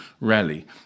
rally